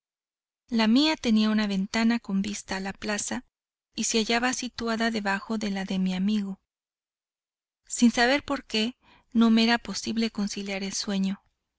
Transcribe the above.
la mía tenía una ventana con vistas a la plaza y se hallaba situada debajo de la de mi amigo sin saber por qué no me era posible conciliar el sueño